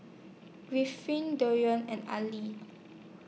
Griffith and Aili